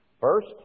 First